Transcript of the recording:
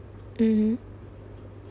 mmhmm